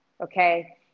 Okay